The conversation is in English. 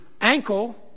ankle